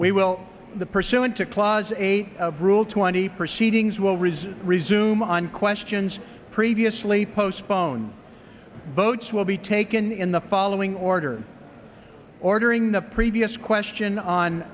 we will the pursuant to clause eight of rule twenty proceedings will resume resume on questions previously postponed votes will be taken in the following order ordering the previous question on